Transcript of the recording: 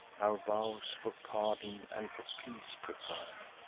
our vows for pardon and for peace prefer.